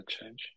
change